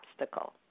obstacle